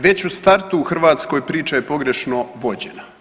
Već u startu u Hrvatskoj priča je pogrešno vođena.